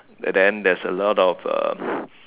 then there is a lot of uh